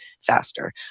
faster